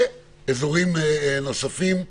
ואזורים נוספים,